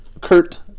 Kurt